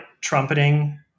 trumpeting